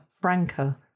franca